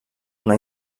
una